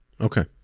Okay